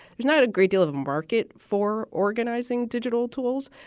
it's not a great deal of market for organizing digital tools.